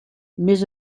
més